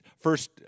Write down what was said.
first